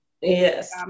Yes